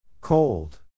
Cold